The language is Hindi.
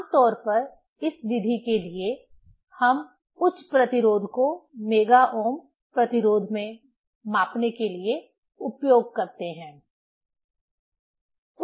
आम तौर पर इस विधि के लिए हम उच्च प्रतिरोध को मेगा ओम प्रतिरोध में मापने के लिए उपयोग करते हैं